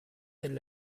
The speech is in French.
telle